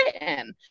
written